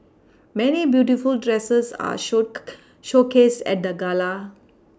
many beautiful dresses were show showcased at the gala